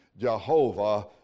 Jehovah